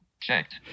Checked